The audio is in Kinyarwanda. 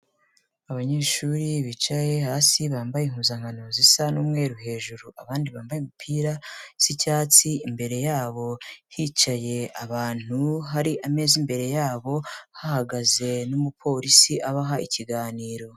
Abanyeshuri bicaye hasi, bambaye impuzankano zisa n'umweru hejuru, abandi bambaye imipira isa icyatsi, imbere yabo hicaye abantu hari ameza imbere yabo, hahagaze n'umupolisi abaha ikiganiro.